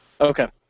Okay